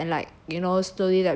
and like work together and like